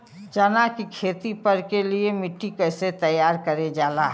चना की खेती कर के लिए मिट्टी कैसे तैयार करें जाला?